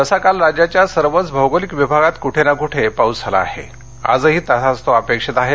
तसा काल राज्याच्या सर्वच भौगोलिक विभागात कुठे ना कुठे पाऊस झाला आहे आजही तसाच तो अपेक्षित आहे